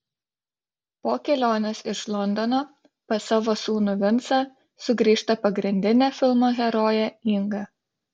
po kelionės iš londono pas savo sūnų vincą sugrįžta pagrindinė filmo herojė inga